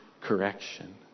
correction